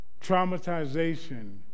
Traumatization